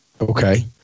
Okay